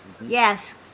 yes